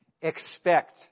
expect